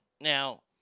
Now